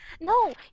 no